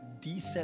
D7